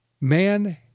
man